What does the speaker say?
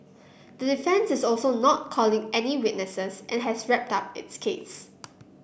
the defence is also not calling any witnesses and has wrapped up its case